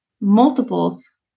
multiples